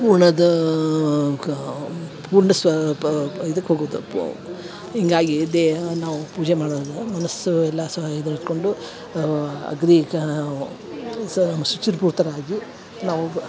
ಪೂರ್ಣದವಗ ಪೂರ್ಣ ಸ್ವ ಪ ಪ ಇದಕ್ಕೆ ಹೋಗುದು ಪ ಹೀಗಾಗಿ ದೆ ನಾವು ಪೂಜೆ ಮಾಡೋದು ಮನಸ್ಸು ಎಲ್ಲ ಸ್ವ ಇದು ಇಟ್ಕೊಂಡು ಅವ ಅಗ್ದಿಕಾ ಸ ಶುಚಿರ್ಭೂತರಾಗಿ ನಾವು ಬ